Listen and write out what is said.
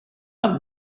have